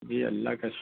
جی اللہ کا